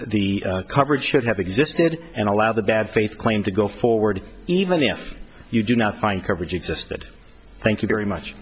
the coverage should have existed and allow the bad faith claim to go forward even if you do not find coverage existed thank you very much